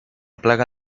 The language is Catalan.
plaga